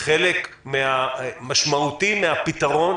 חלק משמעותי מן הפתרון,